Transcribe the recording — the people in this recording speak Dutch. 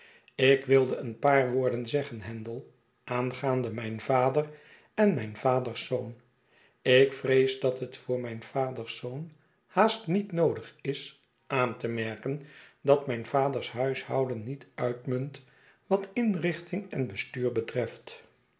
ik wilde een paar woorden zeggen handel aangaande mijn vader en mijn vaders zoon ik vrees dat het voor mijn vaders zoon haast niet noodig is aan te merken dat mijn vaders huishouden niet uitmunt wat inrichting en bestuur betreft